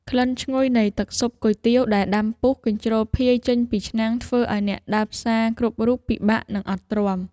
ក្លិនឈ្ងុយនៃទឹកស៊ុបគុយទាវដែលដាំពុះកញ្ជ្រោលភាយចេញពីឆ្នាំងធ្វើឱ្យអ្នកដើរផ្សារគ្រប់រូបពិបាកនឹងអត់ទ្រាំ។